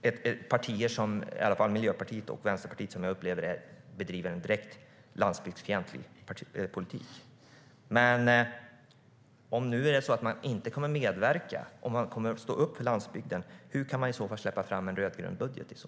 Det är partier, åtminstone Miljöpartiet och Vänsterpartiet, som jag upplever bedriver en direkt landsbygdsfientlig politik.